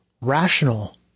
rational